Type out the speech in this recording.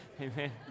Amen